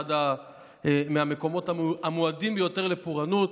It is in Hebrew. באחד מהמקומות המועדים ביותר לפורענות,